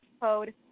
code